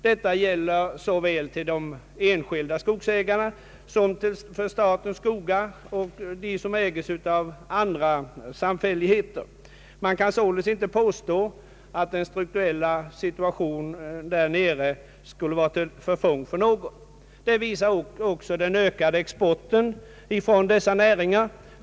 Det gäller såväl de enskilda skogsägarna som statens skogar och de som äges av andra samfälligheter. Man kan således inte påstå att den strukturella situationen i södra Sverige skulle vara till förfång för någon. Det visar också den ökade exporten från dessa näringar.